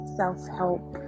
self-help